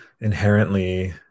inherently